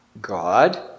God